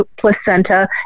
placenta